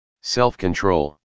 Self-control